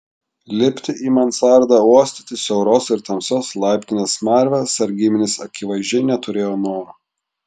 lipti į mansardą uostyti siauros ir tamsios laiptinės smarvę sargybinis akivaizdžiai neturėjo noro